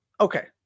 Okay